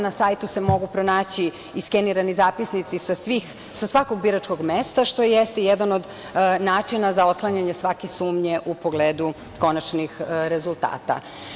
Na sajtu se mogu pronaći i skenirani zapisnici sa svakog biračkog mesta, što jeste jedan od načina za otklanjanje svake sumnje u pogledu konačnih rezultata.